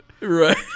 Right